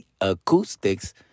Acoustics